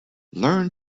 learn